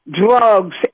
drugs